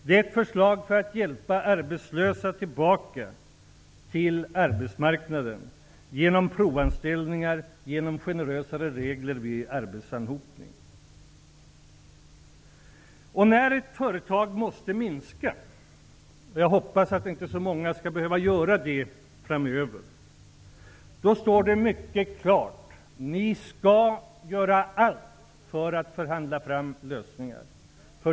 Det är ett förslag för att hjälpa arbetslösa tillbaka till arbetsmarknaden genom provanställningar och generösare regler vid arbetsanhopning. När ett företag måste minska -- jag hoppas att inte så många skall behöva göra det framöver -- står det mycket klart: Ni skall göra allt för att förhandla fram lösningar.